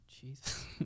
Jesus